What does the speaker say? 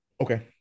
Okay